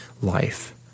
life